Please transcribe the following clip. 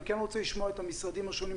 אני כן רוצה לשמוע את המשרדים השונים.